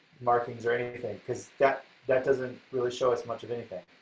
markings or anything, because that that doesn't really show as much of anything.